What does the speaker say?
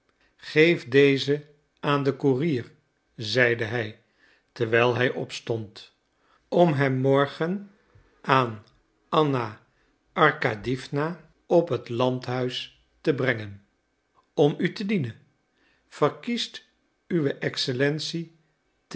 geef dezen aan den koerier zeide hij terwijl hij opstond om hem morgen aan anna arkadiewna op het landhuis te brengen om u te dienen verkiest uw excellentie